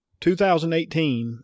2018